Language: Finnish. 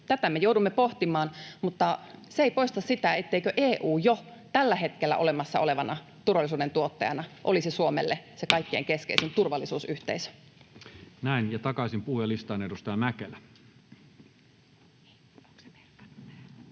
Tätä me joudumme pohtimaan, mutta se ei poista sitä, etteikö EU jo tällä hetkellä olemassa olevana turvallisuuden tuottajana olisi Suomelle se kaikkein keskeisin turvallisuusyhteisö. [Speech 89] Speaker: